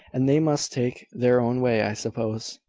and they must take their own way, i suppose.